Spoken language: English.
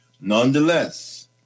Nonetheless